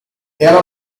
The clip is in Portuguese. ela